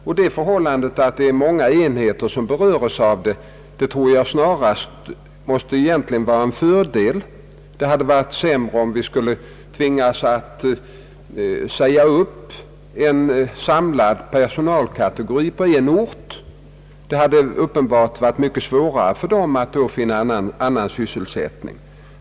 Och det förhållandet att det är många enheter som berörs tror jag snarast måste vara en fördel. Det hade varit sämre om vi skulle tvingas säga upp en samlad personalkategori på en ort. Det hade uppenbart varit mycket svårare för dem att då finna annan sysselsättning.